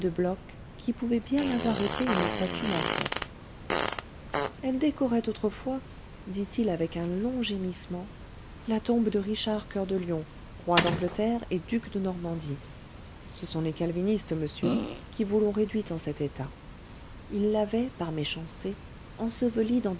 bloc qui pouvait bien avoir été une statue mal faite elle décorait autrefois dit-il avec un long gémissement la tombe de richard coeur de lion roi d'angleterre et duc de normandie ce sont les calvinistes monsieur qui vous l'ont réduite en cet état ils l'avaient par méchanceté ensevelie dans